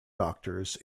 doctors